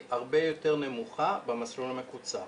אנחנו עדיין נתייחס לאזרח הקטן כאזרח שרוצה לקבל שירות,